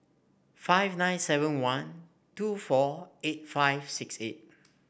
five nine seven one two four eight five six eight